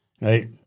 Right